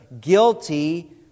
guilty